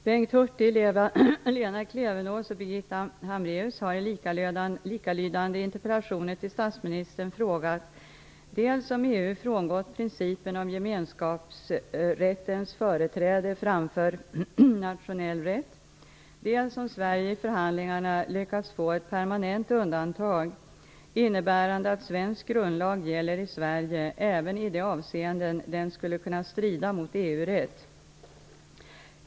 Bengt Hurtig, Lena Klevenås och Birgitta Hambraeus har i likalydande interpellationer till statsministern frågat dels om EU frångått principen om gemenskapsrättens företräde framför nationell rätt, dels om Sverige i förhandlingarna lyckats få ett permanent undantag innebärande att svensk grundlag gäller i Sverige även i de avseenden den skulle kunna strida mot EU-rätt.